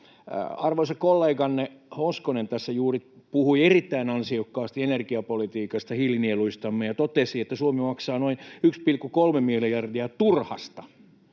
Arvoisa kolleganne Hoskonen tässä juuri puhui erittäin ansiokkaasti energiapolitiikasta, hiilinieluistamme, ja totesi, että Suomi maksaa noin 1,3 miljardia turhasta